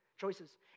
choices